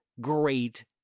great